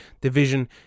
division